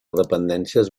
dependències